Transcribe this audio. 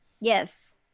Yes